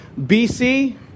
BC